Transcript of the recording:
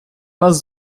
нас